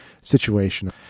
situation